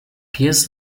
pies